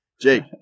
Jake